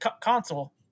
console